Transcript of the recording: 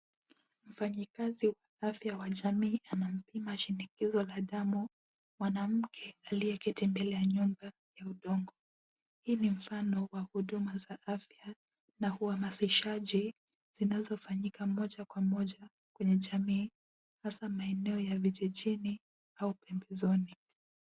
Mfanyikazi wa afya wa jamii anampima shinikizo la damu mwanamke aliyeketi mbele ya nyumba ya udongo, hii ni mfano wa huduma za afya na uhamasishaji zinazo fanyika moja kwa moja kwenye jamii hasaa maeneo ya vijijini au pembezoni.